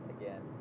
again